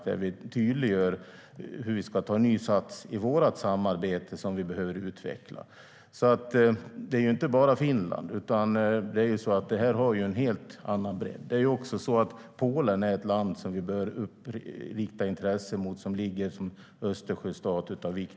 Där tydliggör vi hur vi ska ta ny sats i vårt samarbete, som vi behöver utveckla. Det gäller alltså inte bara Finland. Det här har en helt annan bredd. Vi bör även rikta intresse mot Polen, som med sitt läge har stor betydelse som Östersjöstat.